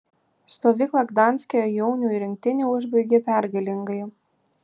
stovyklą gdanske jaunių rinktinė užbaigė pergalingai